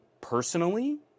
personally